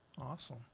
Awesome